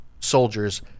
soldiers